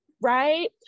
Right